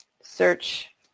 search